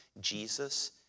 Jesus